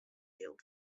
jild